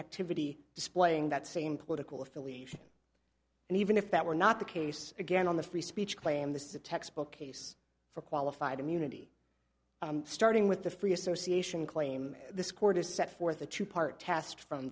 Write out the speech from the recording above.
activity displaying that same political affiliation and even if that were not the case again on the free speech claim this is a textbook case for qualified immunity starting with the free association claim this court has set forth a two part test from